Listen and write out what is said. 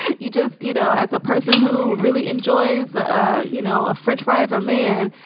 and you just you know, as a person who really enjoys, ah ah you know, a french fry of a man,